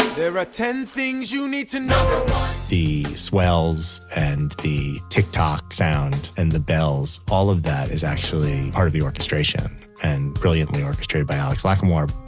there are ten things you need to know the swells and the tic toc sound and the bells, all of that is actually part of the orchestration and brilliantly orchestrated by alex lacamoire.